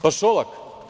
Pa, Šolak.